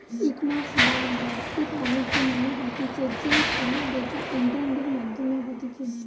ecommerce বা বাদ্দিক বাণিজ্য মানে হতিছে যেই কেনা বেচা ইন্টারনেটের মাধ্যমে হতিছে